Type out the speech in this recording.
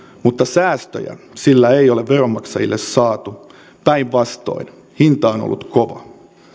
mutta säästöjä sillä ei ole veronmaksajille saatu päinvastoin hinta on ollut kova